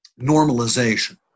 normalization